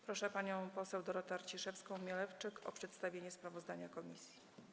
Proszę panią poseł Dorotę Arciszewską-Mielewczyk o przedstawienie sprawozdania komisji.